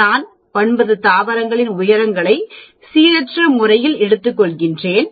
நான் 9 தாவரங்களின் உயரங்களை சீரற்ற முறையில் எடுத்துக் கொள்கின்றேன்